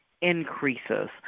increases